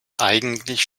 eigentlich